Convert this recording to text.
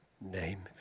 name